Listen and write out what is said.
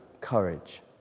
courage